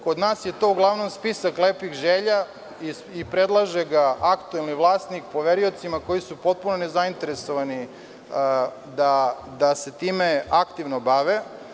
Kod nas je to uglavnom spisak lepih želja i predlaže ga aktuelni vlasnik poveriocima koji su potpuno nezainteresovani da se time aktivno bave.